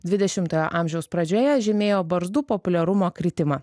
dvidešimtojo amžiaus pradžioje žymėjo barzdų populiarumo kritimą